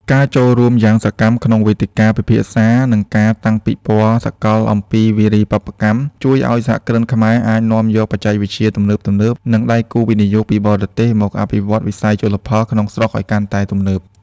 ការចូលរួមយ៉ាងសកម្មក្នុងវេទិកាពិភាក្សា និងការតាំងពិព័រណ៍សកលអំពីវារីវប្បកម្ម ជួយឱ្យសហគ្រិនខ្មែរអាចនាំយកបច្ចេកវិទ្យាទំនើបៗ និងដៃគូវិនិយោគពីបរទេសមកអភិវឌ្ឍវិស័យជលផលក្នុងស្រុកឱ្យកាន់តែទំនើប។